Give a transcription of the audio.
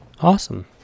awesome